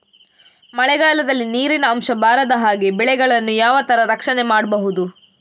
ಮಳೆಗಾಲದಲ್ಲಿ ನೀರಿನ ಅಂಶ ಬಾರದ ಹಾಗೆ ಬೆಳೆಗಳನ್ನು ಯಾವ ತರ ರಕ್ಷಣೆ ಮಾಡ್ಬಹುದು?